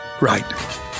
Right